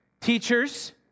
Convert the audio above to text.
teachers